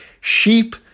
sheep